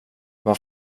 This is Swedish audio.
vad